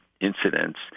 incidents